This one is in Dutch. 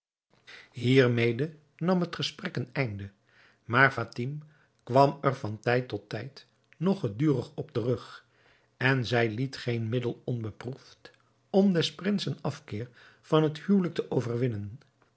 hiermede nam het gesprek een einde maar fatime kwam er van tijd tot tijd nog gedurig op terug en zij liet geen middel onbeproefd om des prinsen afkeer van het huwelijk te overwinnen